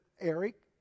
Eric